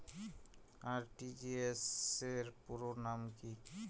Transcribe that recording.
RTGS র পুরো নাম কি?